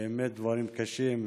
באמת, דברים קשים.